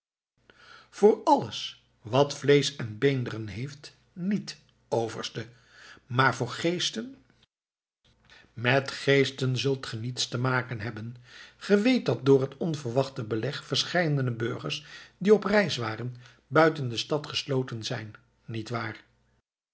voor alles wat vleesch en beenderen heeft niet overste maar voor geesten met geesten zult ge niets te maken hebben ge weet dat door het onverwachte beleg verscheidene burgers die op reis waren buiten de stad gesloten zijn niet waar